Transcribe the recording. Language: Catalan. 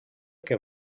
que